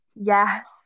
yes